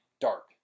dark